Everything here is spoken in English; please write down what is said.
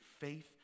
faith